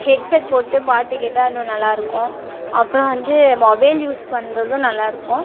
headset போட்டு பாட்டு கேட்டால் இன்னும் நல்லாருக்கும் அப்புறம் வந்து மொபைல் யூஸ் பண்ணுறதும் நல்லாருக்கும்